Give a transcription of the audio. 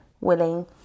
willing